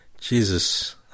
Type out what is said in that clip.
Jesus